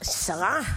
שרה?